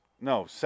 No